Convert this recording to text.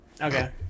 Okay